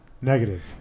Negative